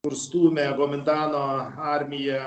kur stūmė gomindano armiją